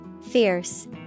Fierce